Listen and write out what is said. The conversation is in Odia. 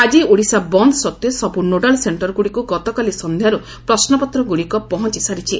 ଆଜି ଓଡ଼ିଶା ବନ୍ଦ ସତ୍ତ୍ େ ସବୁ ନୋଡାଲ୍ ସେକ୍କରଗୁଡ଼ିକୁ ଗତକାଲି ସନ୍ଧ୍ୟାରୁ ପ୍ରଶ୍ନପତ୍ରଗୁଡ଼ିକ ପହଞ୍ ସାରିଛି